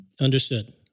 Understood